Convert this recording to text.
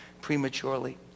prematurely